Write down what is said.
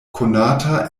konata